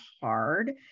hard